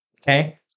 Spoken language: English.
Okay